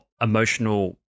emotional